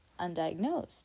undiagnosed